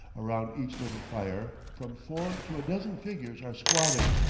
around each little fire, from four to a dozen figures are squatting,